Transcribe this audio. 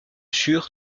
sur